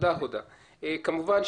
כמובן,